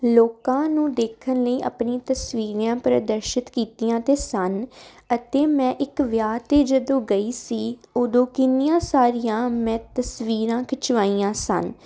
ਲੋਕਾਂ ਨੂੰ ਦੇਖਣ ਲਈ ਆਪਣੀ ਤਸਵੀਰਾਂ ਪ੍ਰਦਰਸ਼ਿਤ ਕੀਤੀਆਂ ਤਾਂ ਸਨ ਅਤੇ ਮੈਂ ਇੱਕ ਵਿਆਹ 'ਤੇ ਜਦੋਂ ਗਈ ਸੀ ਉਦੋਂ ਕਿੰਨੀਆਂ ਸਾਰੀਆਂ ਮੈਂ ਤਸਵੀਰਾਂ ਖਿੱਚਵਾਈਆਂ ਸਨ